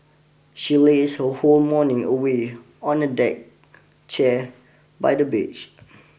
she lazed her whole morning away on a deck chair by the beach